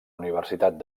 universitat